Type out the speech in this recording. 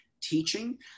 teaching